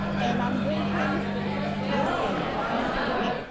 and i'm drinking wine apparently.